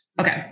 Okay